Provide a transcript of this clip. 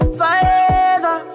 forever